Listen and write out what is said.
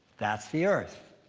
that's the earth.